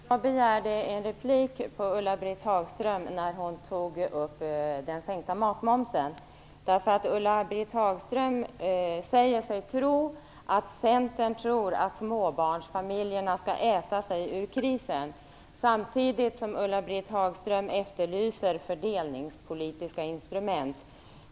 Fru talman! Jag begärde en replik på Ulla-Britt Hagström när hon tog upp den sänkta matmomsen. Ulla-Britt Hagström säger sig tro att Centern tror att småbarnsfamiljerna skall äta sig ur krisen. Samtidigt efterlyser Ulla-Britt Hagström fördelningspolitiska instrument.